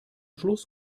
schluss